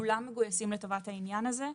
כולם מגויסים לטובת העניין הזה.